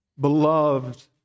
beloved